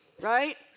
right